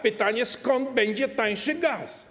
Pytanie, skąd będzie tańszy gaz?